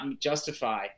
justify